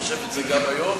ואני חושב את זה גם היום,